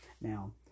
Now